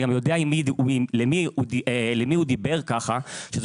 ואני גם יודע למי הוא דיבר כך זו